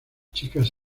chicas